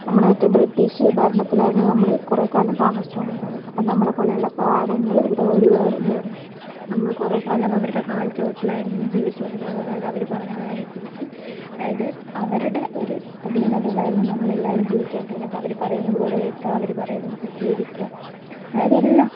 നമ്മൾ മറ്റേ ബ്രിട്ടീഷ് ഭരണത്തിലായിരുന്ന നമ്മൾ കുറേ കാലം താമസിച്ചുകൊണ്ടിരുന്നത് അപ്പോൾ നമ്മളെപ്പോലെയുള്ള പാവങ്ങൾ ഇവിടെ ഒരുപാടുണ്ടായിരുന്നു നമ്മൾ കുറേ കാലം അവരുടെ കാൽച്ചുവട്ടിലായിരുന്നു ജീവിച്ചുകൊണ്ടിരുന്നത് അതായത് അവർ പറഞ്ഞതിനനുസരിച്ച് അതായത് അവരുടെ ഒരു അധീനതയിലായിരുന്നു നമ്മളെല്ലാവരും ജീവിച്ചുകൊണ്ടിരുന്നത് അവർ പറയുന്നതുപോലെ കേൾക്കുക അവർ പറയുന്നതുപോലെ ജീവിക്കുക അതായത് എല്ലാം